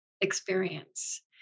experience